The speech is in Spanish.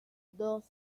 dos